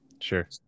Sure